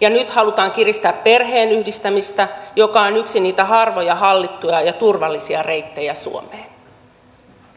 ja nyt halutaan kiristää perheenyhdistämistä joka on yksi niitä harvoja hallittuja ja turvallisia reittejä suomeen